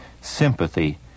sympathy